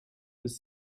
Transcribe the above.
bis